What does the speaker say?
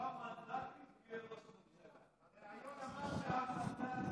שישה מנדטים, תהיה ראש ממשלה.